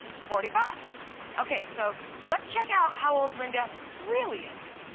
forty five okay so let's check out how old linda really is.